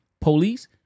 Police